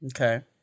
Okay